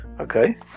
okay